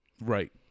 Right